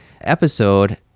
episode